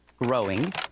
growing